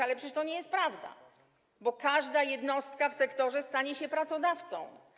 Ale przecież to nie jest prawda, bo każda jednostka w sektorze stanie się pracodawcą.